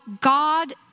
God